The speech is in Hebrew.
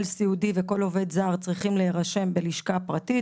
סיעודי וכל עובד זר צריכים להירשם בלשכה פרטית,